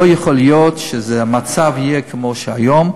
לא יכול להיות שהמצב יהיה כמו היום,